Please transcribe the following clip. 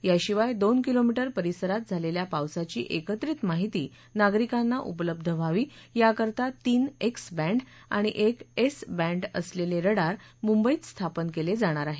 याशिवाय दोन किलोमीटर परिसरात झालेल्या पावसाची एकत्रित माहिती नागरिकांना उपलब्ध व्हावी याकरता तीन एक्स बॅंड आणि एक एस बॅंड असलेले रडार मुंबईत स्थापन केले जाणार आहेत